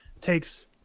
takes